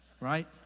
Right